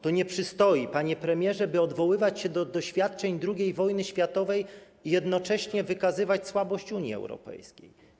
To nie przystoi, panie premierze, by odwoływać się do doświadczeń II wojny światowej i jednocześnie wykazywać słabość Unii Europejskiej.